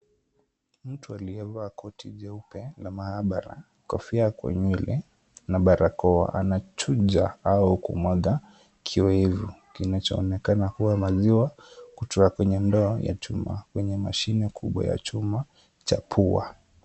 Mtu aliyevaa koti jeupe la maabara, kofia kwa nywele na barakoa anachuja au kumwaga kioevu kinachoonekana kuwa maziwa kutoka kwenye ndoo ya chuma kwenye mashine kubwa ya chuma cha pua.